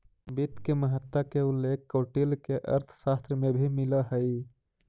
वित्त के महत्ता के उल्लेख कौटिल्य के अर्थशास्त्र में भी मिलऽ हइ